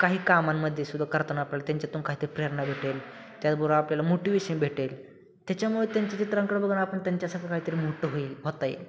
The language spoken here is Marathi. काही कामांमध्ये सुद्धा करताना आपल्याला त्यांच्यातून काहीतरी प्रेरणा भेटेल त्याचबरोबर आपल्याला मोटिवेशन भेटेल त्याच्यामुळे त्यांच्या चित्रांकडं बघून आपण त्यांच्यासारखं काहीतरी मोठं होईल होता येईल